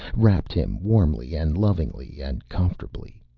wrapped him warmly and lovingly and comfortably.